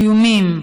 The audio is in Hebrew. איומים,